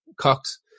Cox